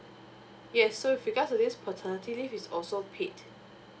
yes so with regards to this paternity leave is also paid